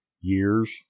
years